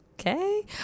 okay